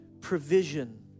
provision